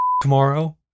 tomorrow